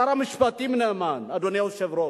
שר המשפטים נאמן, אדוני היושב-ראש,